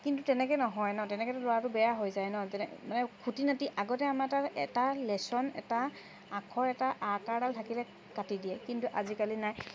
কিন্তু তেনেকৈ নহয় ন তেনেকৈতো ল'ৰাটো বেয়া হৈ যায় ন তেনেকৈ মানে খুটি নাটি আগতে আমাৰ তাৰ এটা লেছন এটা আখৰ এটা আকাৰডাল থাকিলে কাটি দিয়ে কিন্তু আজিকালি নাই